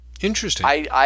interesting